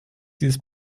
dieses